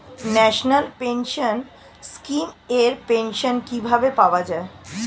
National pension scheme এর pension কিভাবে পাওয়া যায়?